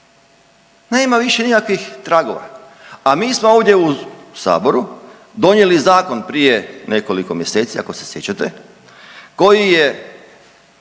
Nema niše nikakvih tragova. A mi smo ovdje u Saboru donijeli zakon prije nekoliko mjeseci, ako se sjećate, koji je